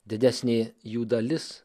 didesnė jų dalis